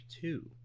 two